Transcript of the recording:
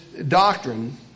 Doctrine